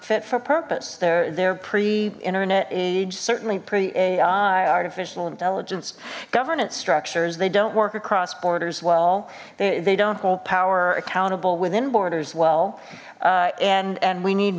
fit for purpose they're they're pre internet age certainly pre a i artificial intelligence governance structures they don't work across borders well they don't hold power accountable within borders well and and we need